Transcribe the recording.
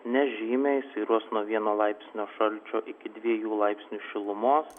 nežymiai svyruos nuo vieno laipsnio šalčio iki dviejų laipsnių šilumos